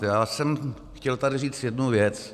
Já jsem chtěl tady říct jednu věc.